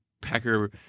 Packer